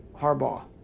Harbaugh